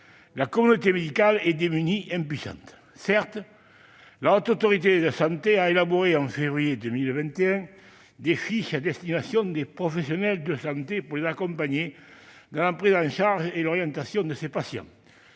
la communauté médicale est démunie, pour ne pas dire impuissante. Certes, la Haute Autorité de santé a élaboré, en février 2021, des fiches à destination des professionnels de santé pour les accompagner dans la prise en charge et l'orientation de ces patients.